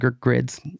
grids